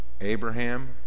Abraham